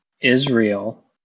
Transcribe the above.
Israel